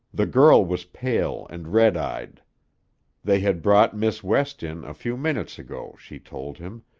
the girl was pale and red-eyed. they had brought miss west in a few minutes ago, she told him,